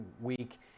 week